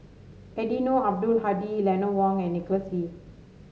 Eddino Abdul Hadi Eleanor Wong and Nicholas Ee